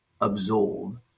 absorb